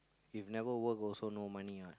if never work also no money what